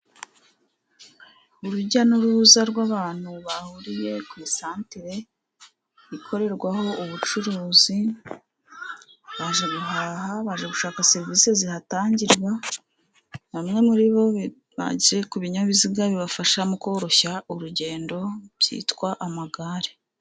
Urujya n'uruza rw'abantu bahuriye ku isantere ikorerwaho ubucuruzi baje guhaha bajya gushaka serivisi zihatangirwa, bamwe muri bo baje ku binyabiziga bibafasha mu koroshya urugendo byitwa amagare.